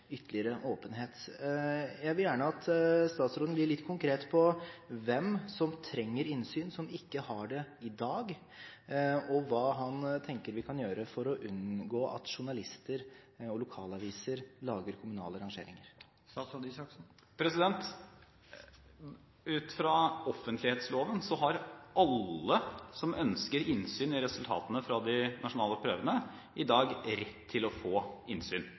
ytterligere åpenhet. Jeg vil gjerne at statsråden blir litt konkret på hvem som trenger innsyn, som ikke har det i dag, og hva han tenker vi kan gjøre for å unngå at journalister og lokalaviser lager kommunale rangeringer? Ut fra offentlighetsloven har i dag alle som ønsker innsyn i resultatene fra de nasjonale prøvene, rett til å få innsyn – altså rett til å få